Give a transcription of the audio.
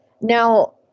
Now